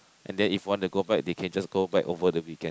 and then if want to go back they can just go back over the weekend